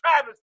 Travis